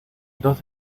dos